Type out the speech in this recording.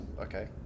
okay